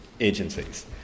agencies